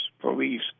police